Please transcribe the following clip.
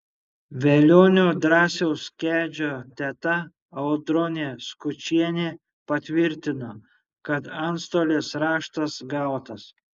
velionio drąsiaus kedžio teta audronė skučienė patvirtino kad antstolės raštas gautas